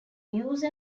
use